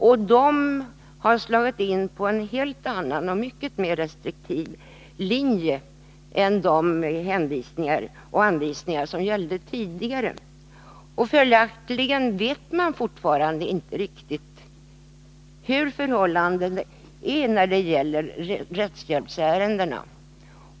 Där har man slagit in på en helt annan och mycket mera restriktiv linje än den som gällde i de tidigare anvisningarna. Följaktligen vet man fortfarande inte riktigt hur förhållandet är när det gäller rättshjälpsärendena.